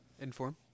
Inform